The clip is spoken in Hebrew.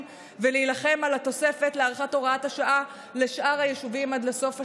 ולהילחם על התוספת להארכת הוראת השעה לשאר היישובים עד לסוף השנה.